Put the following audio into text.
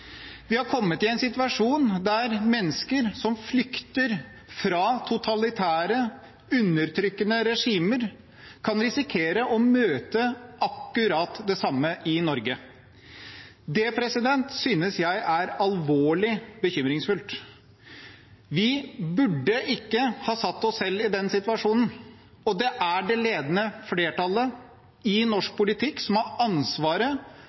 Vi har kommet i en situasjon der mennesker som flykter fra totalitære, undertrykkende regimer, kan risikere å møte akkurat det samme i Norge. Det synes jeg er alvorlig bekymringsfullt. Vi burde ikke ha satt oss selv i den situasjonen, og det er det ledende flertallet i norsk politikk som har ansvaret